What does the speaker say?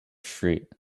street